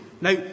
Now